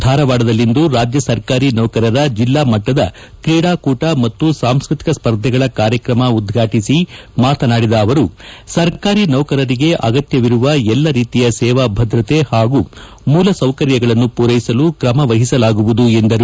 ಧಾರವಾಡದಲ್ಲಿಂದು ರಾಜ್ಯ ಸರ್ಕಾರಿ ನೌಕರರ ಜಿಲ್ಲಾಮಟ್ಟದ ತ್ರೀಡಾಕೂಟ ಮತ್ತು ಸಾಂಸ್ಕತಿಕ ಸ್ಪರ್ಧೆಗಳ ಕಾರ್ಯಕ್ರಮ ಉದ್ಘಾಟಿಸಿ ಮಾತನಾಡಿದ ಅವರು ಸರ್ಕಾರಿ ನೌಕರರಿಗೆ ಅಗತ್ಯವಿರುವ ಎಲ್ಲ ರೀತಿಯ ಸೇವಾ ಭದ್ರತೆ ಹಾಗೂ ಮೂಲಸೌಕರ್ಯಗಳನ್ನು ಪೂರೈಸಲು ಕ್ರಮ ವಹಿಸಲಾಗುವುದು ಎಂದರು